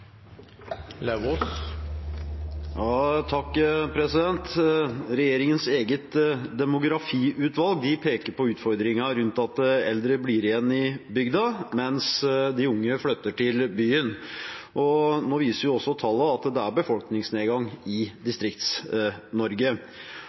Lauvås – til oppfølgingsspørsmål. Regjeringens eget demografiutvalg peker på utfordringer rundt at eldre blir igjen i bygda, mens de unge flytter til byen. Nå viser også tallene at det er befolkningsnedgang i